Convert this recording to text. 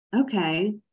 okay